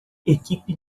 equipe